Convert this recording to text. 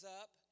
up